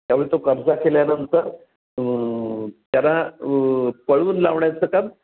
त्यावेळी तो कब्जा केल्यानंतर त्याला पळवून लावण्याचं काम